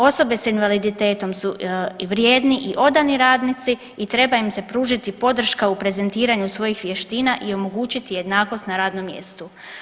Osobe sa invaliditetom su vrijedni i odani radnici i treba im se pružiti podrška u prezentiranju svojih vještina i omogućiti jednakost na radnom mjestu.